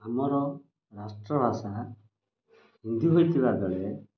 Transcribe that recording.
ଆମର ରାଷ୍ଟ୍ର ଭାଷା ହିନ୍ଦୀ ହୋଇଥିବା ବେଳେ